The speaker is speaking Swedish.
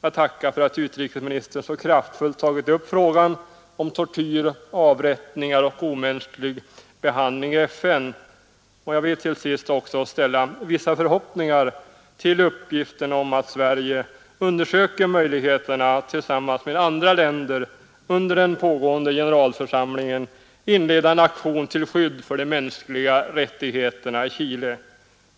Jag tackar för att utrikesministern i FN så kraftfullt tagit upp frågan om tortyr, avrättningar och omänsklig behandling, och jag vill till sist också ställa vissa förhoppningar till uppgiften om att Sverige undersöker möjligheterna att tillsammans med andra länder under den pågående generalförsamlingen inleda en aktion till skydd för de mänskliga rättigheterna i Chile.